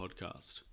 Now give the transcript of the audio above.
podcast